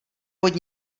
pod